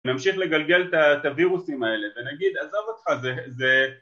‫נמשיך לגלגל את הווירוסים האלה ‫ונגיד, עזוב אותך, זה... זה...